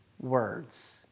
Words